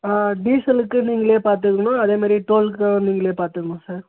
ஆ டீசலுக்கு நீங்களே பார்த்துக்குணும் அதேமாதிரி டோலுக்கும் நீங்களே பார்த்துக்குணும் சார்